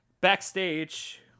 Backstage